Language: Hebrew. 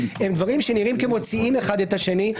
הם דברים שנראים כמוציאים אחד את השני,